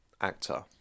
actor